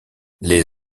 les